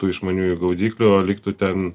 tų išmaniųjų gaudyklių o liktų ten